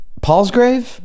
Paulsgrave